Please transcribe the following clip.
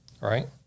Right